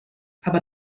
aber